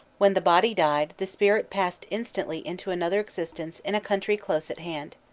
when the body died the spirit passed instantly into another existence in a country close at hand.